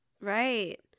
Right